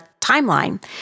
timeline